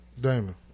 Damon